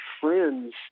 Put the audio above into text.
friend's